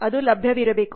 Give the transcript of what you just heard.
ಅದು ಲಭ್ಯವಿರಬೇಕು